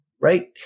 right